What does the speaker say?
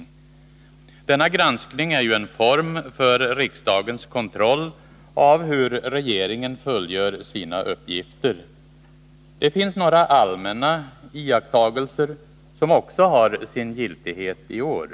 Denna granskning är ju en form för riksdagens kontroll av hur regeringen fullgör sina uppgifter. Det finns några allmänna iakttagelser, som också har sin giltighet i år.